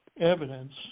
evidence